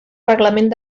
reglament